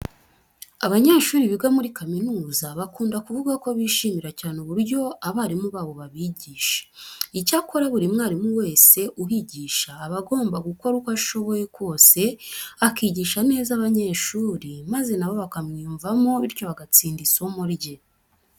Abanyeshuri biga muri kaminuza bakunda kuvuga ko bishimira cyane uburyo abarimu babo babigisha. Icyakora buri mwarimu wese uhigisha aba agomba gukora uko ashoboye kose akigisha neza abanyeshuri, maze na bo bakamwiyumvamo bityo bagatsinda n'isomo rye.